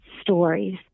stories